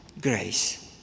grace